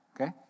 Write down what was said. okay